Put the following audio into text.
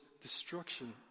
destruction